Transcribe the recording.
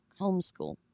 homeschool